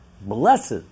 blessed